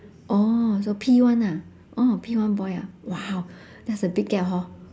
oh so P one ah oh P one boy ah !wow! that's a big gap hor